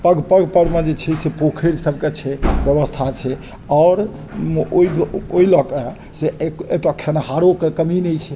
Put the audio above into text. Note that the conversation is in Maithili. पग पग परमे जे छै से पोखरि सबके छै व्यवस्था छै आओर ओइ ओइ लऽके से ए एतऽ खेनहारोके कमी नहि छै